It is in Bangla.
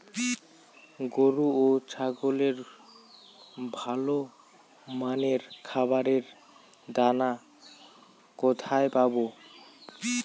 গরু ও ছাগলের ভালো মানের খাবারের দানা কোথায় পাবো?